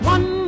One